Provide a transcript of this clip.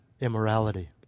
immorality